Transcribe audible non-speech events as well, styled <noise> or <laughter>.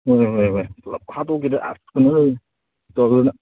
ꯍꯣꯏ ꯍꯣꯏ ꯍꯣꯏ ꯍꯣꯏ ꯄꯨꯂꯄ ꯍꯥꯠꯇꯣꯛꯈꯤꯗꯅ ꯑꯁ <unintelligible> ꯇꯧꯗꯅ